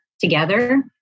together